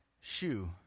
shoe